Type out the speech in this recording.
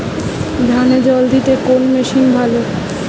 ধানে জল দিতে কোন মেশিন ভালো?